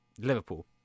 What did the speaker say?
liverpool